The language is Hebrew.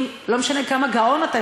לא משנה כמה גאון אתה,